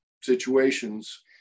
situations